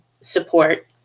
support